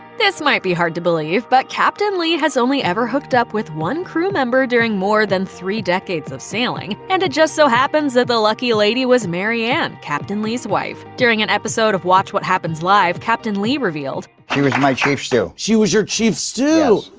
this might be hard to believe, but captain lee has only ever hooked up with one crew member during more than three decades of sailing. and it just so happens that the lucky lady was mary anne, captain lee's wife. during an episode of watch what happens live, captain lee revealed, she was my chief stew. she was your chef stew!